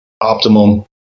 optimum